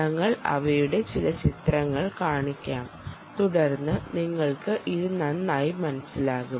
ഞങ്ങൾ അവരുടെ ചില ചിത്രങ്ങൾ കാണിക്കാം തുടർന്ന് നിങ്ങൾക്ക് ഇത് നന്നായി മനസ്സിലാകും